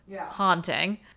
haunting